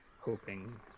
hoping